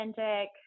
authentic